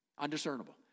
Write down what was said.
undiscernible